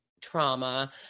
trauma